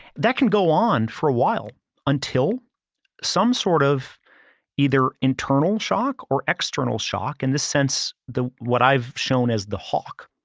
that can go on for a while until some sort of either internal shock or external shock in the sense what i've shown as the hawk.